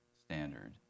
standard